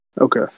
Okay